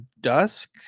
Dusk